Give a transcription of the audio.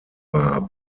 war